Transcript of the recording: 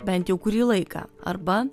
bent jau kurį laiką arba